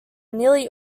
nearly